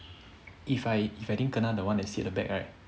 if I if I didn't kena the one that sit at the back right